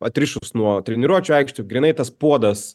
atrišus nuo treniruočių aikščių grynai tas puodas